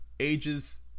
ages